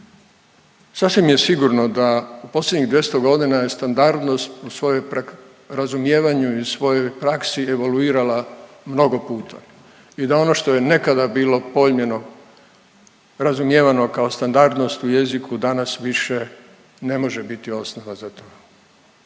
Sasvim je sigurno da posljednjih 200 godina je standardnost u svojoj razumijevanju i u svojoj praksi evoluirala mnogo puta i da ono što je nekada bilo pojmljeno razumijevano kao standardnost u jeziku danas više ne može biti osnova za to.